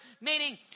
meaning